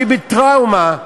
שהיא בטראומה